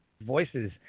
voices